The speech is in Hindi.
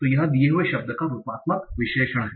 तो यह दिए गए शब्द का रूपात्मक विश्लेषण है